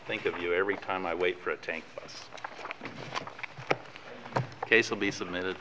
think of you every time i wait for a tank of case will be submitted